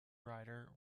rider